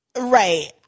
Right